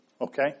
Okay